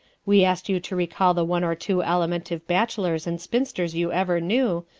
we asked you to recall the one or two alimentive bachelors and spinsters you ever knew,